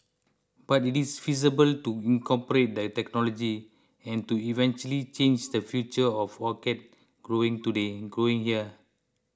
but it is feasible to incorporate the technology and to eventually change the future of orchid growing growing here